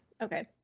Okay